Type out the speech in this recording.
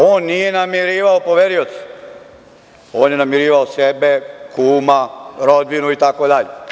On nije namirivao poverioce, on je namirivao sebe, kuma, rodbinu itd.